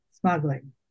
smuggling